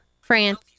France